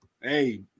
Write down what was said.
Hey